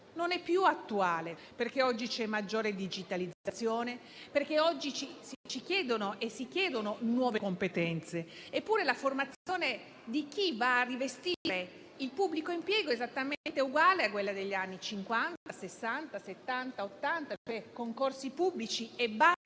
non è più attuale, perché oggi c'è maggiore digitalizzazione, perché oggi ci chiedono e si richiedono nuove competenze. Eppure, la formazione di chi va a rivestire il pubblico impiego è esattamente uguale a quella degli anni Cinquanta, Sessanta, Settanta